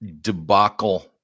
debacle